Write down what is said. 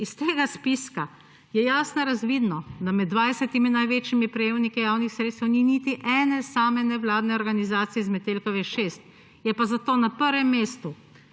iz tega spiska je jasno razvidno, da med 20 največjimi prejemniki javnih sredstev ni niti ene sama nevladne organizacije z Metelkove 6, je pa zato na prvem mestu